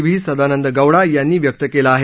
V Sadananda Gowda यांनी व्यक्त केला आहे